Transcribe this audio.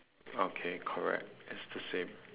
okay correct it's the same